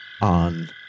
on